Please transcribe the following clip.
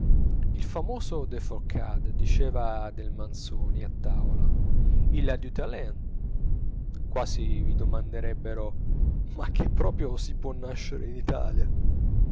il famoso de forcade diceva del manzoni a tavola il a du talent quasi vi domanderebbero ma che proprio si può nascere in italia